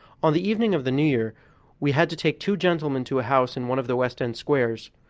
on the evening of the new year we had to take two gentlemen to a house in one of the west end squares.